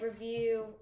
review